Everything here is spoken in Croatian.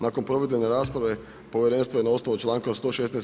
Nakon provedene rasprave Povjerenstvo je na osnovu članka 116.